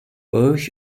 bağış